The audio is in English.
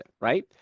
right